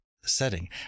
setting